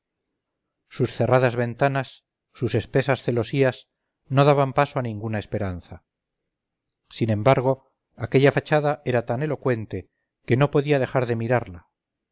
sus cerradas ventanas sus espesas celosías no daban paso a ninguna esperanza sin embargo aquella fachada era tan elocuente que no podía dejar de mirarla